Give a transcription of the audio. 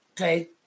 Okay